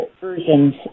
versions